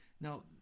Now